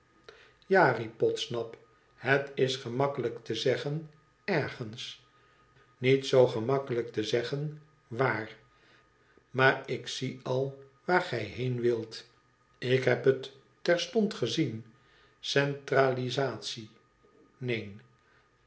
ja riep podsnap het is gemakkelijk te zeggen ergens niet zoo gemakkelijk te zeggen waar maar ik zie al waar gij heen wilt ik heb het terstond gezien centralisatie neen